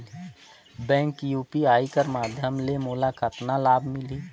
Bank UPI कर माध्यम ले मोला कतना लाभ मिली?